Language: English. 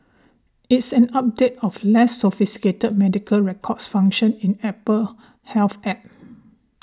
it's an update of less sophisticated medical records function in Apple's Health App